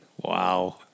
Wow